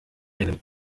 einem